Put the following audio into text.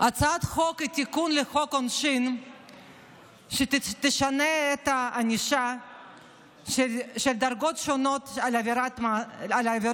הצעת החוק לתיקון חוק העונשין תשנה את הענישה בדרגות שונות על עבירות,